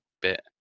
bit